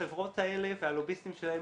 החברות האלה והלוביסטים שלהם